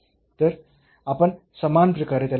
तर आपण समान प्रकारे त्याला हाताळू